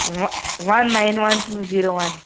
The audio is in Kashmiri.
وۅنۍ one nine one two zero وَن